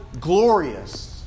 glorious